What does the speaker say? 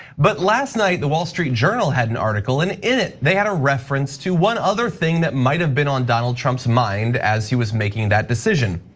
but last night the wall street journal had an article in in it they had a reference to one other thing that might have been on donald trump's mind as he was making that decision.